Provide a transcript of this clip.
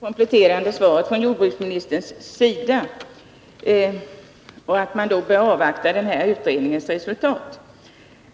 Herr talman! Jag ber att få tacka för det kompletterande svaret.